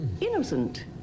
innocent